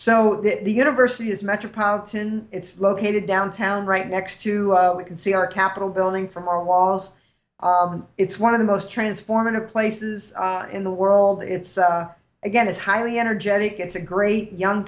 so the university is metropolitan it's located downtown right next to we can see our capitol building from our walls it's one of the most transformative places in the world it's again it's highly energetic it's a great young